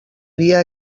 dia